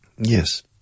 Yes